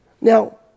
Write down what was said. Now